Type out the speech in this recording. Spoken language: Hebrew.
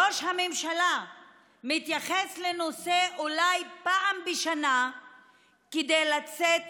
ראש הממשלה מתייחס לנושא אולי פעם בשנה כדי לצאת